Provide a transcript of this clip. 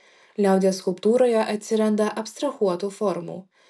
liaudies skulptūroje atsiranda abstrahuotų formų